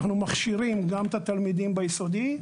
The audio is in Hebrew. אנחנו מכשירים גם את התלמידים ביסודי,